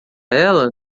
ela